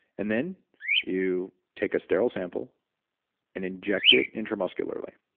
and then you take a sterile sample and inject it intramuscularly.